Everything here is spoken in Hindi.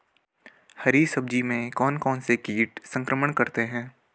हरी सब्जी में कौन कौन से कीट संक्रमण करते हैं?